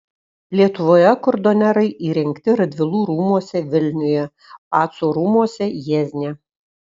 lietuvoje kurdonerai įrengti radvilų rūmuose vilniuje pacų rūmuose jiezne